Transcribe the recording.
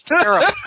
terrible